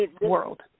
world